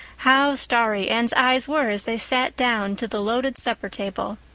how starry anne's eyes were as they sat down to the loaded supper table,